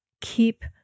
keep